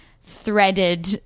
threaded